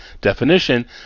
definition